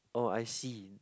oh I see